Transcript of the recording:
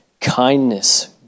kindness